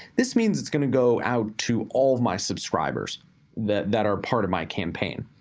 this means it's gonna go out to all of my subscribers that that are part of my campaign.